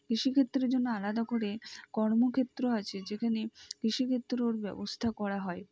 কৃষিক্ষেত্রের জন্য আলাদা করে কর্মক্ষেত্র আছে যেখানে কৃষিক্ষেত্রর ব্যবস্থা করা হয়